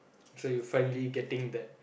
so you finally getting that